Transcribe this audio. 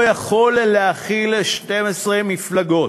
לא יכול להכיל 12 מפלגות.